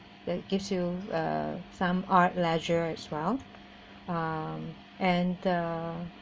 that gives you uh uh some art leisure as well uh um and the